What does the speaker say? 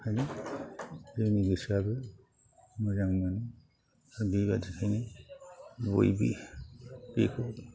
ओंखायनो जोंनि गोसोआबो मोजां मोनो बेबादिखायनो बयबो बेखौ